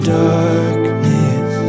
darkness